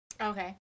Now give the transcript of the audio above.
Okay